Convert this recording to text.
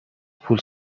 پول